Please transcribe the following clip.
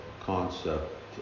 concept